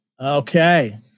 Okay